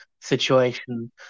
situation